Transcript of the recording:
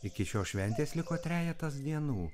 iki šios šventės liko trejetas dienų